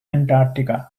antarctica